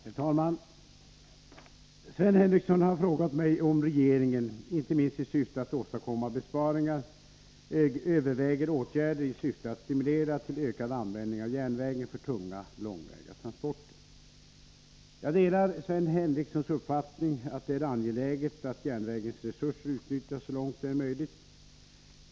Herr talman! Sven Henricsson har frågat mig om regeringen — inte minst i syfte att åstadkomma besparingar — överväger åtgärder i syfte att stimulera till ökad användning av järnvägen för tunga, långväga transporter. Jag delar Sven Henricssons uppfattning att det är angeläget att järnvägens resurser utnyttjas så långt det är möjligt.